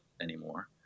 anymore